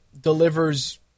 delivers